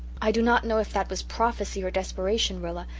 i do not know if that was prophecy or desperation, rilla,